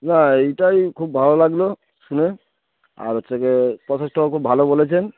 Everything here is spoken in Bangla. না এইটাই খুব ভালো লাগল শুনে আর হচ্ছে কি প্রসেসটাও খুব ভালো বলেছেন